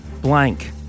blank